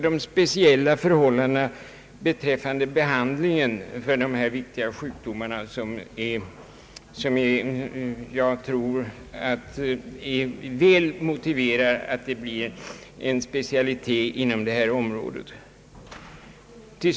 De speciella förhållandena beträffande behandlingen av dessa allvarliga sjukdomar motiverar också inrättandet av en specialitet inom detta område.